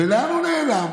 ולאן הוא נעלם?